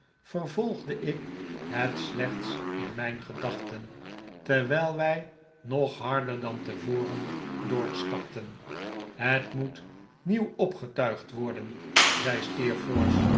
vervolgde ik het slechts in mijn gedachten terwijl wij nog harder dan tevoren doorstapten het moet nieuw opgetuigd worden zei